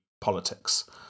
politics